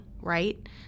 right